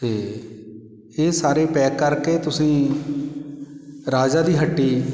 ਅਤੇ ਇਹ ਸਾਰੇ ਪੈਕ ਕਰਕੇ ਤੁਸੀਂ ਰਾਜਾ ਦੀ ਹੱਟੀ